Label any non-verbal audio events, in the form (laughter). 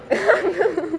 (laughs)